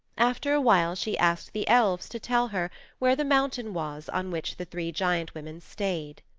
after while she asked the elves to tell her where the mountain was on which the three giant women stayed.